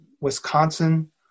Wisconsin